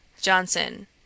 Johnson